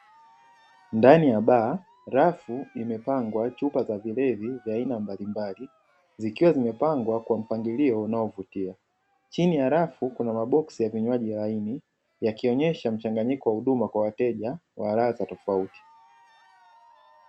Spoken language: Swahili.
Ndani ya baa, rafu imepangwa chupa za vilevi vya aina mbalimbali, zikiwa zimepangwa kwa mpangilio unaovutia, chini ya rafu kuna maboksi ya vinywaji laini, yakionyesha mchanganyiko wa huduma kwa wateja wa ladha tofauti.